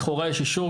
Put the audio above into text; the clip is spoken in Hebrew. לכאורה יש אישור,